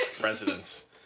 residents